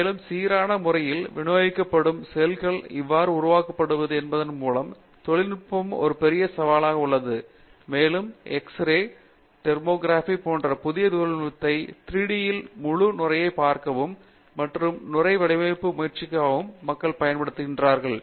மேலும் சீரான முறையில் விநியோகிக்கப்படும் செல்களை எவ்வாறு உருவாக்குவது என்பதன் மூலம் தொழில்நுட்பமும் ஒரு பெரிய சவாலாக உள்ளது மேலும் X ரே டோமோகிராஃபி போன்ற புதிய தொழில்நுட்பத்தை 3டி இல் முழு நுரையை பார்க்கவும் மற்றும் நுரை வடிவமைக்கும் முயற்சிப்பதற்காக மக்கள் பயன்படுத்துகிறார்கள்